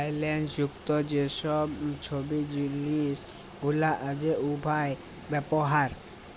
ফাইল্যাল্স যুক্ত যে ছব জিলিস গুলা আছে উয়ার ব্যাপারে